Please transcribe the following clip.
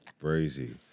crazy